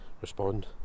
respond